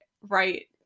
right